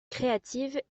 creative